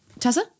tessa